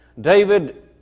David